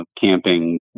camping